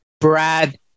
Brad